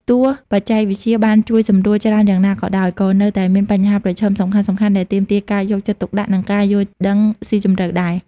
ទោះបច្ចេកវិទ្យាបានជួយសម្រួលច្រើនយ៉ាងណាក៏ដោយ ក៏នៅតែមានបញ្ហាប្រឈមសំខាន់ៗដែលទាមទារការយកចិត្តទុកដាក់ និងការយល់ដឹងស៊ីជម្រៅដែរ។